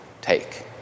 take